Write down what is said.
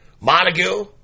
Montague